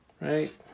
right